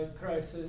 crisis